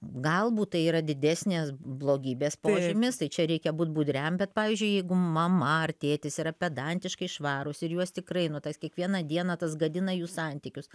galbūt tai yra didesnės blogybės požymis tai čia reikia būt budriam bet pavyzdžiui jeigu mama ar tėtis yra pedantiškai švarūs ir juos tikrai nu tas kiekvieną dieną tas gadina jų santykius